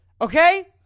Okay